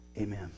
Amen